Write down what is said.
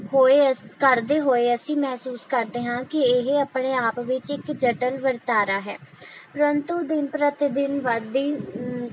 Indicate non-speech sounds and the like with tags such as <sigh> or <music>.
ਹੋਏ <unintelligible> ਕਰਦੇ ਹੋਏ ਅਸੀਂ ਮਹਿਸੂਸ ਕਰਦੇ ਹਾਂ ਕਿ ਇਹ ਆਪਣੇ ਆਪ ਵਿੱਚ ਇੱਕ ਜਟਿਲ ਵਰਤਾਰਾ ਹੈ ਪ੍ਰੰਤੂ ਦਿਨ ਪ੍ਰਤੀ ਦਿਨ ਵੱਧਦੀ